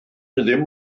ddim